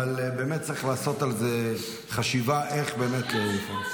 אבל צריך לעשות על זה חשיבה איך --- אדוני היושב-ראש,